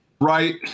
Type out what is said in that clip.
Right